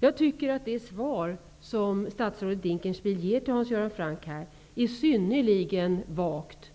Jag tycker att det svar som statsrådet Dinkelspiel har gett Hans Göran Franck är synnerligen vagt.